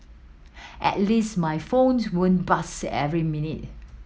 at least my phones won't buzz every minute